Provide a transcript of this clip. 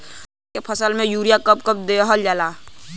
धान के फसल में यूरिया कब कब दहल जाला?